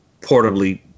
portably